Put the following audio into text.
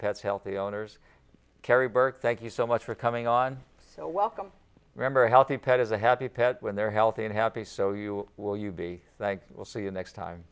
pets healthy owners carry burke thank you so much for coming on so welcome member healthy pet is a happy pet when they're healthy and happy so you will you be and i will see you next time